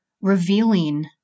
revealing